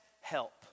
help